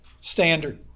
standard